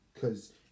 Cause